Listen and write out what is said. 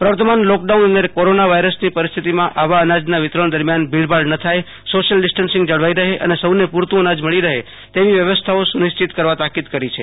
પ્રવર્તમાન લોકડાઉન અને કોરોના વાયરસની પસ્થિતિમાં આવા અનાજના વિતરણ દરમ્યાન ભીડ ભાડ ન થાય સોશિયલ ડીરટીંગ જળવાઈ રહ અને સૌને પુરતું અનાજ મળી રહે તેવી વ્યવસ્થાઓ સુનિશ્ચિત કરવા તાકીદ કરી છે